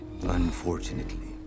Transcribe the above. Unfortunately